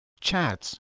chats